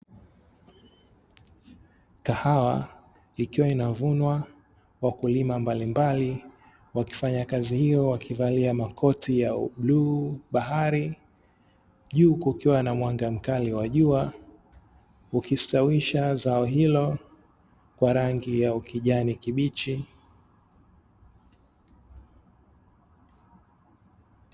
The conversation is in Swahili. Kahawa ikiwa inavunwa, wakulima mbalimbali wakifanya kazi hilo wakivalia makoti ya bluu bahari, juu kukiwa na mwanga mkali wa jua ukistawisha zao hilo kwa rangi ya ukijani kibichi.